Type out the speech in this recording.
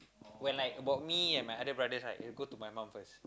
when I about me and my other brother right it will go to my mum first